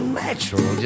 natural